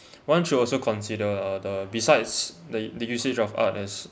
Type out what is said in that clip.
one should also consider uh that besides the the usage of art is